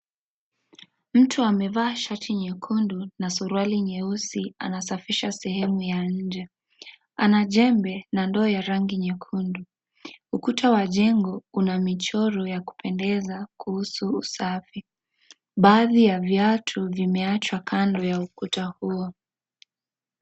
Mtu amevaa shati nyekundu na suruali nyeusi anasafisha sehemu ya nje ana jembe na ndoo ya rangi nyekundu ukuta ya jengo una michoro ya kupendeza kuhusu usafi baadhi ya viatu vimeachwa kando ya ukuta huo.